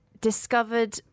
discovered